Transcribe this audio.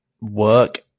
work